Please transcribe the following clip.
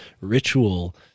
ritual